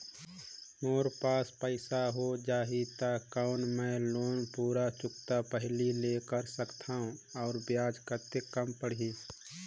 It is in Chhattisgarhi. मोर पास पईसा हो जाही त कौन मैं लोन पूरा चुकता पहली ले कर सकथव अउ ब्याज कतेक कम पड़ही?